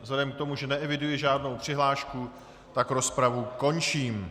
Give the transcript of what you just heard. Vzhledem k tomu, že neeviduji žádnou přihlášku, tak rozpravu končím.